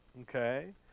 okay